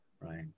Right